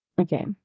Okay